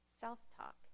self-talk